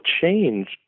change